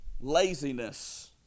Laziness